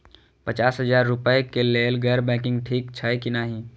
पचास हजार रुपए के लेल गैर बैंकिंग ठिक छै कि नहिं?